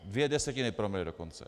Dvě desetiny promile dokonce.